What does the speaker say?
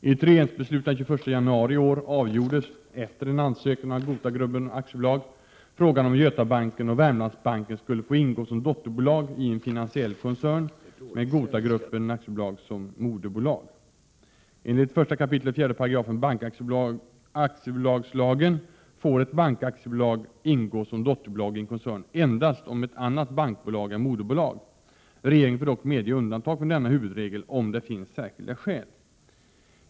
I ett regeringsbeslut den 21 januari i år avgjordes — efter en ansökan av GotaGruppen AB - frågan om Götabanken och Wermlandsbanken skulle få ingå som dotterbolag i en finansiell koncern med GotaGruppen AB som moderbolag. Enligt 1 kap. 4 § bankaktiebolagslagen får ett bankaktiebolag ingå som dotterbolag i en koncern, endast om ett annat bankbolag är moderbolag. Regeringen får dock medge undantag från denna huvudregel, om det finns särskilda skäl.